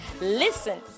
Listen